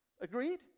Agreed